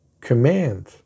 command